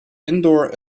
indoor